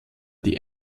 die